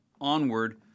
onward